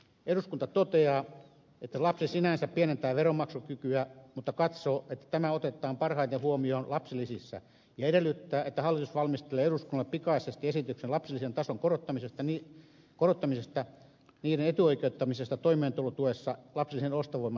eduskunta toteaa että lapsi sinänsä pienentää veronmaksukykyä mutta katsoo että tämä otetaan parhaiten huomioon lapsilisissä ja edellyttää että hallitus valmistelee eduskunnalle pikaisesti esityksen lapsilisien tason korottamisesta niiden etuoikeuttamisesta toimeentulotuessa ja lapsilisien ostovoiman turvaamisesta